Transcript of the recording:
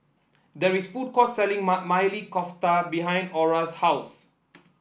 there is a food court selling Maili Kofta behind Orra's house